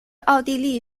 奥地利